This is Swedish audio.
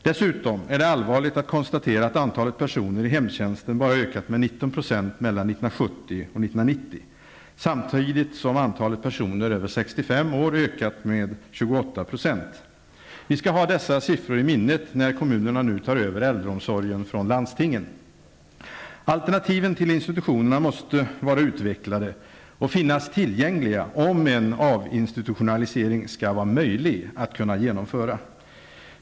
Dessutom är det allvarligt att konstatera att antalet personer i hemtjänsten bara ökat med 19 % mellan 65 år ökat med 28 %. Vi skall ha dessa siffror i minnet när kommunerna nu tar över äldreomsorgen från landstingen. Alternativen till institutionerna måste vara utvecklade och finnas tillgängliga om en avinstitutionalisering skall vara möjlig att genomföra.